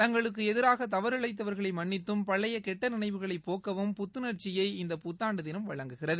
தங்களுக்கு எதிராக தவறினழத்தவர்களை மன்னித்தும் பழைய கெட்ட நிளைவுகளை போக்கவும் புத்துணர்ச்சியை இந்த புத்தாண்டு திணம் வழங்குகிறது